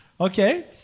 okay